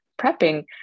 prepping